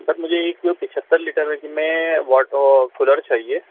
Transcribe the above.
سر مجھے ایک پچہتر لیٹر میں واٹ کولر چاہیے